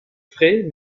frais